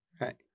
Right